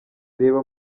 reba